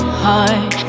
heart